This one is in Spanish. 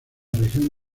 región